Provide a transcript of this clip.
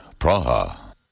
Praha